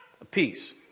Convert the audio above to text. apiece